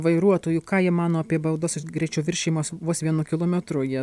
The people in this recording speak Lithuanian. vairuotojų ką jie mano apie baudas už greičio viršijimas vos vienu kilometru jie